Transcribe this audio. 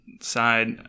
side